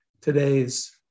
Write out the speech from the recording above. today's